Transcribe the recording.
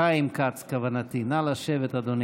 חיים כץ, כוונתי, נא לשבת, אדוני.